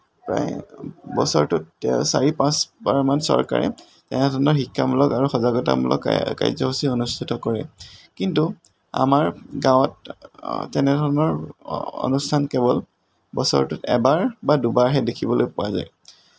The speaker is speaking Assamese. প্ৰায় বছৰটোত চাৰি পাঁচ বাৰ মান চৰকাৰে তেনেধৰণৰ শিক্ষামূলক আৰু সজাগতামূলক কাৰ্য্যসূচি অনু স্থিত কৰে কিন্তু আমাৰ গাঁৱত তেনেধৰণৰ অনুস্থান কেৱল বছৰটোত এবাৰ বা দুবাৰহে দেখিবলৈ পোৱা যায়